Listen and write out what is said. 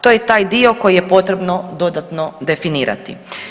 To je taj dio koji je potrebno dodatno definirati.